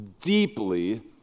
deeply